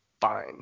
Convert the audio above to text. fine